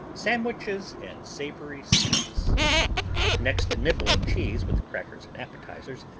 sandwiches and savory snacks next to nibbling cheese with crackers and appetizers,